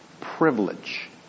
privilege